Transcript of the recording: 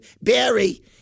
Barry